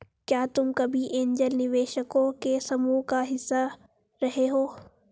क्या तुम कभी ऐन्जल निवेशकों के समूह का हिस्सा रहे हो?